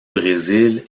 brésil